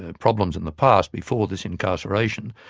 ah problems in the past before this incarceration.